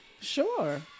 sure